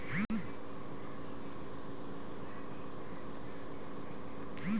कटाई के बाद भंडारण के लिए बक्से, लकड़ी के टोकरे या उथले कार्डबोर्ड बॉक्स का उपयोग करे